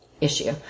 issue